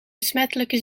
besmettelijke